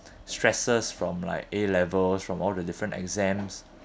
stresses from like A levels from all the different exams